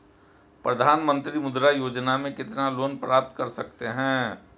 प्रधानमंत्री मुद्रा योजना में कितना लोंन प्राप्त कर सकते हैं?